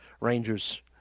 Rangers